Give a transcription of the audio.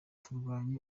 turwanye